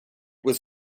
was